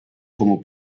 como